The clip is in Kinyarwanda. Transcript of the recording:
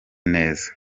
neza